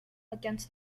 against